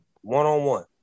one-on-one